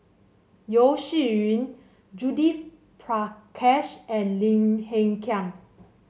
Yeo Shih Yun Judith Prakash and Lim Hng Kiang